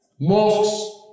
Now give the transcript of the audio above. mosques